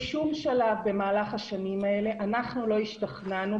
בשום שלב במהלך השנים האלה אנחנו לא השתכנענו,